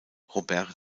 robert